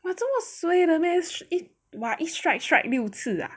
有这么 suay meh 一 strike strike 六次 ah